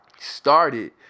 started